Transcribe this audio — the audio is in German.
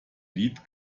lied